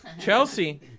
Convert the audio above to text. Chelsea